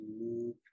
move